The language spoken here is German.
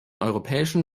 europäischen